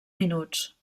minuts